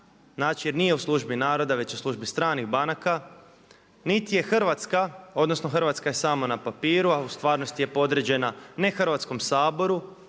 jer nije u službi naroda već u službi stranih banaka, niti je hrvatska odnosno hrvatska je samo na papiru a u stvarnosti je podređena ne Hrvatskom saboru